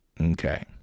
Okay